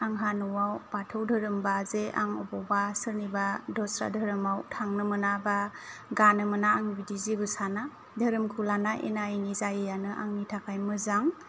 आंहा न'वाव बाथौ धोरोमबा जे आं अबावबा सोरनिबा दस्रा धोरोमाव थांनो मोना बा गानो मोना आं बिदि जेबो साना धोरोमखौ लाना एना एनि जायियानो आंनि थाखाय मोजां